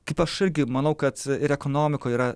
kaip aš irgi manau kad ir ekonomikoj yra